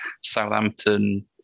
Southampton